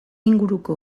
inguruko